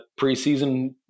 preseason